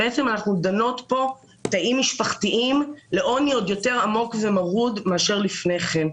אנחנו דנות כאן תאים משפחתיים לעוני עוד יותר עמוק ומרוד מאשר לפני כן.